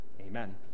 Amen